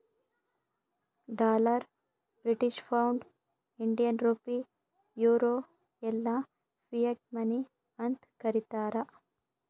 dollar, British pound, Indian rupee, euro ಎಲ್ಲಾ fiat money ಅಂತ್ ಕರೀತಾರ